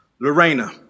Lorena